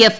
F